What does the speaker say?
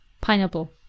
pineapple